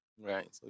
Right